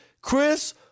Chris